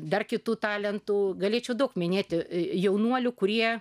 dar kitų talentų galėčiau daug minėti jaunuolių kurie